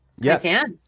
Yes